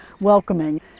welcoming